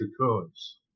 cocoons